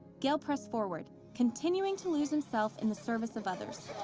gail pressed forward, continuing to lose himself in the service of others.